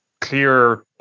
clear